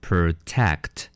Protect